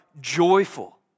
joyful